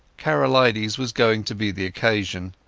karolides was going to be the occasion.